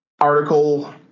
article